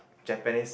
Japanese